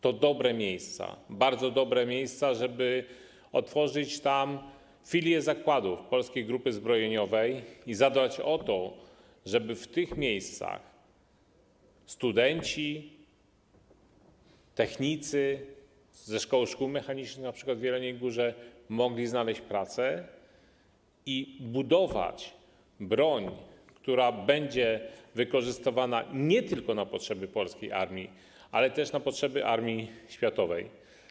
To dobre miejsca, bardzo dobre miejsca, żeby odtworzyć tam filię zakładów Polskiej Grupy Zbrojeniowej i zadbać o to, żeby w tych miejscach studenci, technicy ze szkół mechanicznych np. w Jeleniej Górze mogli znaleźć pracę i budować broń, która będzie wykorzystywana nie tylko na potrzeby polskiej armii, ale też na potrzeby armii światowej.